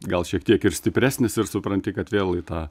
gal šiek tiek ir stipresnis ir supranti kad vėl į tą